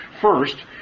first